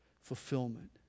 fulfillment